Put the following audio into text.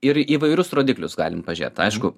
ir įvairius rodiklius galim pažėt aišku